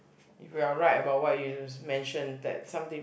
if you are right about what you mention that some th~